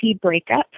breakup